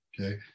okay